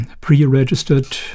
pre-registered